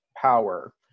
power